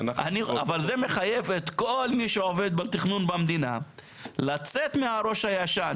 אבל זה מחייב את כל מי שעובד בתכנון במדינה לצאת מהראש הישן.